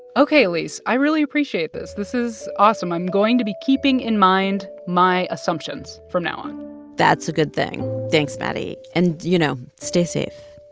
ok, alix. i really appreciate this. this is awesome. i'm going to be keeping in mind my assumptions from now on that's a good thing. thanks, maddie. and, you know, stay safe